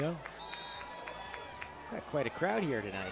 know quite a crowd here today